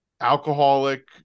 alcoholic